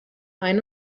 ein